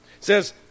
says